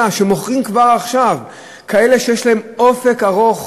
שמוכרים כבר עכשיו לכאלה שיש להם אופק ארוך,